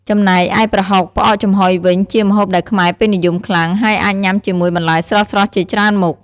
ចំណែកឯប្រហុក ផ្អកចំហុយវិញ ជាម្ហូបដែលខ្មែរពេញនិយមខ្លាំង ហើយអាចញ៉ាំជាមួយបន្លែស្រស់ៗជាច្រើនមុខ។